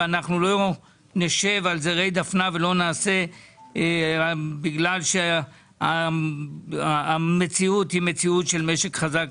אנחנו לא נשב על זרי דפנה בגלל מציאות של משק חזק.